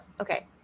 okay